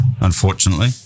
unfortunately